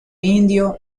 indio